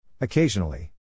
Occasionally